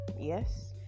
Yes